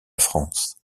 france